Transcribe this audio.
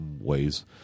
ways